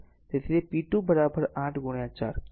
તેથી તે p2 8 4 થશે